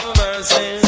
mercy